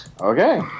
Okay